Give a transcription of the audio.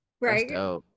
Right